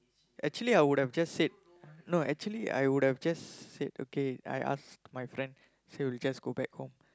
actually I would have just said no actually I would have just said okay I ask my friend so we just go back home